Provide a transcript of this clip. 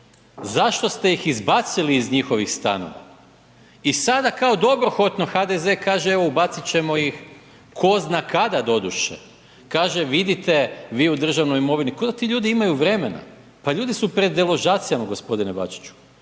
Zašto ste ih izbacili iz njihovih stanova? I sada kao dobrohodno HDZ kaže evo ubacit ćemo ih, tko zna kada doduše, kaže vidite vi u državnoj imovini, ko da ti ljudi imaju vremena. Pa ljudi su pred deložacijama gospodine Bačiću.